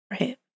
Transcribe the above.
Right